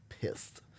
pissed